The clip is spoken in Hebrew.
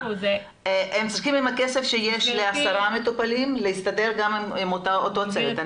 הם צריכים עם הכסף שיש ל-10 מטופלים להסתדר גם עם אותו צוות.